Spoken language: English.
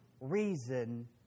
reason